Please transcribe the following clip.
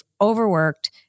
overworked